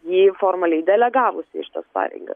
jį formaliai delegavusi į šitas pareigas